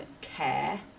care